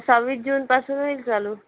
सव्वीस जूनपासून होईल चालू